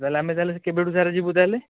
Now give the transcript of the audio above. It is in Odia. ତା'ହେଲେ ଆମେ ତା'ହେଲେ କେବେଠୁ ସାର୍ ଯିବୁ ତା'ହେଲେ